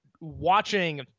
watching